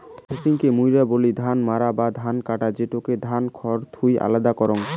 থ্রেশিংকে মুইরা বলি ধান মাড়াই বা ধান ঝাড়া, যেটা ধানকে খড় থুই আলাদা করাং